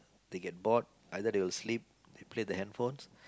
they get bored either they will sleep they play the handphones